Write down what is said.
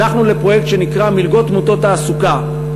הלכנו לפרויקט שנקרא "מלגות מוטות תעסוקה".